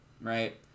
right